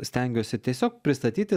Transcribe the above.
stengiuosi tiesiog pristatyti